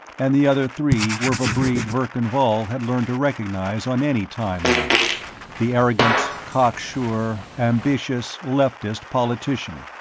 and the other three were of a breed verkan vall had learned to recognize on any time-line the arrogant, cocksure, ambitious, leftist politician,